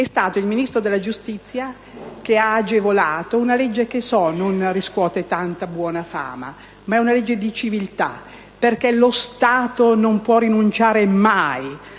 È stato il Ministro della giustizia che ha agevolato una legge che so non riscuotere tanta buona fama, ma che reputo una legge di civiltà, perché lo Stato non può rinunciare mai